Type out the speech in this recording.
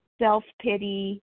self-pity